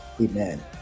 amen